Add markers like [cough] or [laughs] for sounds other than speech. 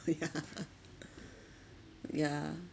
yeah [laughs] yeah